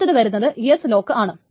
അടുത്തത് വരുന്നത് S ലോക്കാണ്